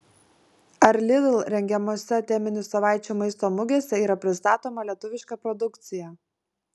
ar lidl rengiamose teminių savaičių maisto mugėse yra pristatoma lietuviška produkcija